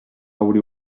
obrir